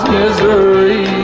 misery